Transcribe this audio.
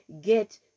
get